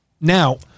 Now